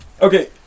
okay